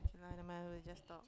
okay lah never mind we'll just talk